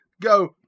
go